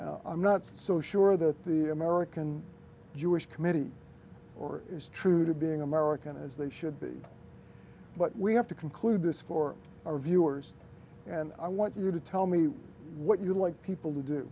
happen i'm not so sure that the american jewish committee or is true to being american as they should be but we have to conclude this for our viewers and i want you to tell me what you like people